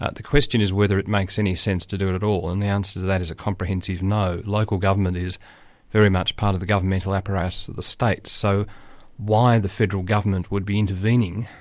the question is whether it makes any sense to do it at all, and the answer to that is a comprehensive no. local government is very much part of the governmental apparatus of the states, so why the federal government would be intervening,